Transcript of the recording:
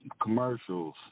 commercials